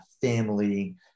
family